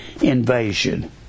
invasion